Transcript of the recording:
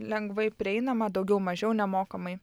lengvai prieinama daugiau mažiau nemokamai